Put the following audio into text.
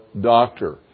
doctor